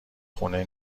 خونه